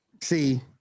See